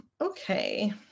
Okay